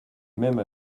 même